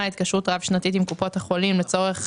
היא התקשרות רב-שנתית עם קופות החולים לצורך